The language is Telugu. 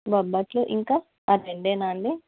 బొబ్బట్లు ఇంకా అ రెండేనాండి